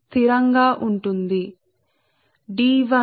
కాబట్టి ప్రతిచోటా H x స్థిరంగా ఉంటుంది